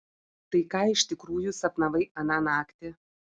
tai ką iš tikrųjų sapnavai aną naktį